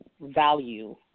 value